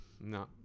no